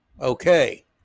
Okay